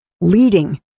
leading